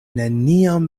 neniam